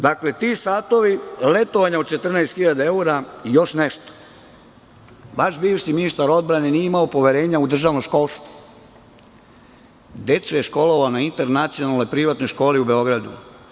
Dakle, ti satovi, letovanja od 14 hiljada evra i još nešto, vaš bivši ministar odbrane nije imao poverenja u državno školstvo, decu je školovao na internacionalnoj privatnoj školi u Beogradu.